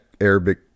Arabic